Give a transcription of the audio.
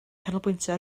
canolbwyntio